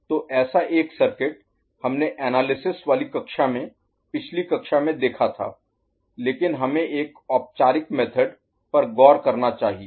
तो ऐसा एक सर्किट हमने एनालिसिस वाली कक्षा में पिछली कक्षा में देखा था लेकिन हमें एक औपचारिक मेथड Method विधि तरीके पर गौर करना चाहिए